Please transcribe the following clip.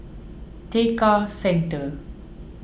Tekka Centre